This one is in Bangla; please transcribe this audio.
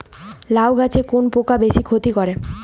লাউ গাছে কোন পোকা বেশি ক্ষতি করে?